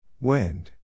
Wind